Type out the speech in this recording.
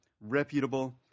reputable